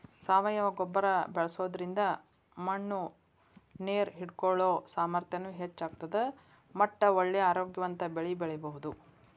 ಸಾವಯವ ಗೊಬ್ಬರ ಬಳ್ಸೋದ್ರಿಂದ ಮಣ್ಣು ನೇರ್ ಹಿಡ್ಕೊಳೋ ಸಾಮರ್ಥ್ಯನು ಹೆಚ್ಚ್ ಆಗ್ತದ ಮಟ್ಟ ಒಳ್ಳೆ ಆರೋಗ್ಯವಂತ ಬೆಳಿ ಬೆಳಿಬಹುದು